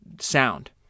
sound